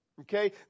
Okay